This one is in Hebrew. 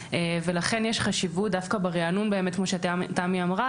לכן יש חשיבות דווקא בריענון באמת כמו שתמי אמרה.